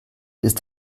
ist